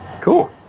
Cool